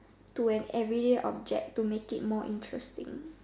to an everyday object to make it more interesting